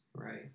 Right